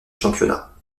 championnat